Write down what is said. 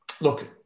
Look